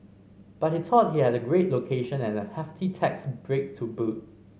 but he thought he had a great location and a hefty tax break to boot